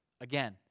Again